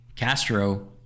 Castro